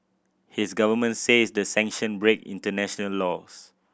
his government says the sanction break international laws